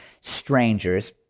strangers